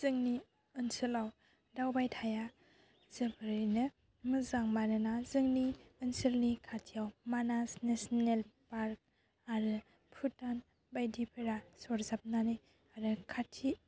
जोंनि ओनसोलाव दावबायथाया जोबोरैनो मोजां मानोना जोंनि ओनसोलनि खाथियाव मानास नेसनेल पार्क आरो भुटान बायदिफोरा सरजाबनानै आरो खाथि